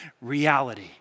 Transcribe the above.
reality